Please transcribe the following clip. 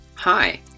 Hi